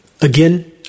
again